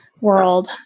world